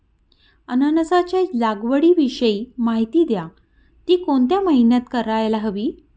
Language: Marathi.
अननसाच्या लागवडीविषयी माहिती द्या, ति कोणत्या महिन्यात करायला हवी?